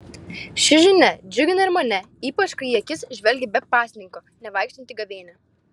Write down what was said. ši žinia džiugina ir mane ypač kai į akis žvelgia be pasninko nevaikštanti gavėnia